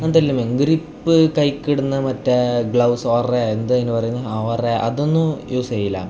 അതെല്ലാം വാങ്ങും ഗ്രിപ്പ് കൈക്കിടന്ന മറ്റേ ഗ്ലൗസ് ഉറയോ എന്താണ് അതിന് പറയുന്നത് ആ ഉറ അതൊന്നും യൂസ് ചെയ്യില്ല